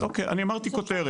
אוקיי, אני אומר פה כותרות.